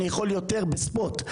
אני יכול יותר בספוט.